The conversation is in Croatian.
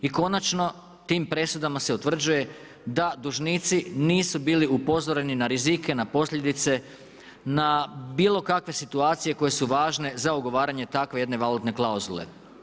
I konačno tim presudama se utvrđuje da dužnici nisu bili upozoreni na rizike, na posljedice, na bilo kakve situacije koje su važne za ugovaranje takve jedne valutne klauzule.